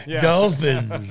Dolphins